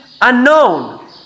unknown